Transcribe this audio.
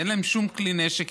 אין להם שום כלי נשק,